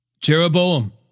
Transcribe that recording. Jeroboam